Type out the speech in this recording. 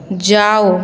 जाउ